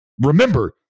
Remember